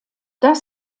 das